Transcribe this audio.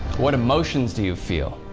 what emotions do you feel?